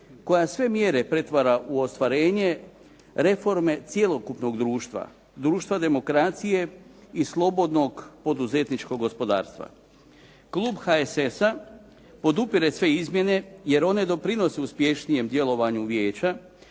koja sve mjere pretvara u ostvarenje reforme cjelokupnog društva, društva demokracije i slobodnog poduzetničkog gospodarstva. Klub HSS-a podupire sve izmjene jer one doprinose uspješnijem djelovanju vijeća,